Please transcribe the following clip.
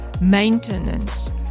maintenance